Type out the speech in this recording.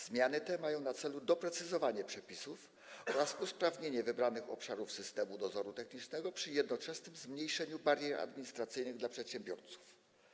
Zmiany te mają na celu doprecyzowanie przepisów oraz usprawnienie wybranych obszarów systemu dozoru technicznego przy jednoczesnym zmniejszeniu barier administracyjnych dla przedsiębiorców.